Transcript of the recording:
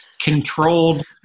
controlled